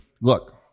look